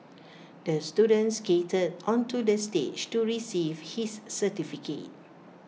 the student skated onto the stage to receive his certificate